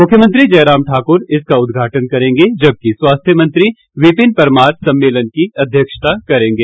मुख्यमंत्री जयराम ठाकुर इसका उदघाटन करेंगे जबकि स्वास्थ्य मंत्री विपिन परमार सम्मेलन की अध्यक्षता करें गे